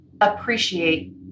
appreciate